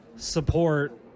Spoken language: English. support